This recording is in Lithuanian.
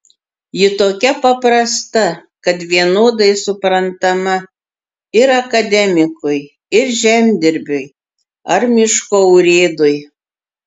ji tokia paprasta kad vienodai suprantama ir akademikui ir žemdirbiui ar miško urėdui